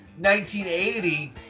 1980